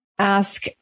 ask